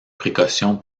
précautions